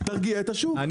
תרגיע את השוק,